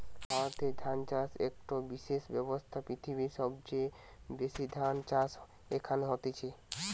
ভারতে ধান চাষ একটো বিশেষ ব্যবসা, পৃথিবীর সবচেয়ে বেশি ধান চাষ এখানে হতিছে